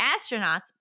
astronauts